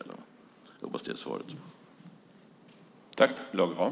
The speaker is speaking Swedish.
Jag hoppas att det var svar på frågan.